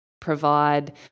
provide